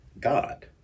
God